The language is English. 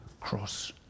cross